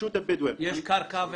יש קרקע?